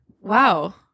wow